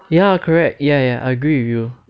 ya correct ya ya I agree with you